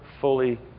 fully